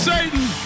Satan